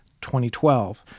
2012